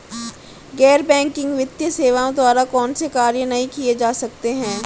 गैर बैंकिंग वित्तीय सेवाओं द्वारा कौनसे कार्य नहीं किए जा सकते हैं?